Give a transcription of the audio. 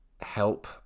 help